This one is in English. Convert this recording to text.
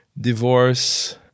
divorce